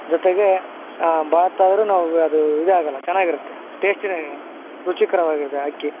ಜೊತೆಗೆ ಭಾತ್ ಆದರೂ ನಾವು ಅದು ಇದಾಗೋಲ್ಲ ಚೆನ್ನಾಗಿರತ್ತೆ ಟೇಸ್ಟಿಯೇ ರುಚಿಕರವಾಗಿರತ್ತೆ ಅಕ್ಕಿ